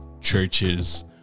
churches